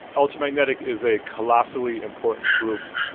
ultramagnetic is a colossally important group.